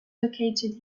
located